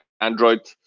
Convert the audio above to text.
Android